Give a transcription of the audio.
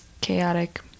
chaotic